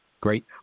Great